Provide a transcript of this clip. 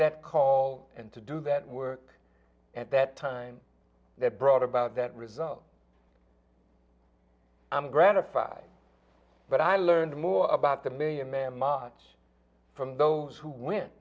that call and to do that work at that time that brought about that result i'm gratified but i learned more about the million man march from those who win